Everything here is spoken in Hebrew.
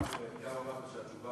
התשובה